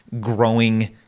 growing